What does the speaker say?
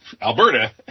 Alberta